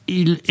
il